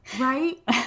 right